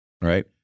right